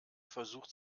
versucht